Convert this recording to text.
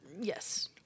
Yes